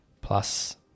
plus